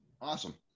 Awesome